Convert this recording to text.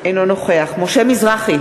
אינו נוכח משה מזרחי,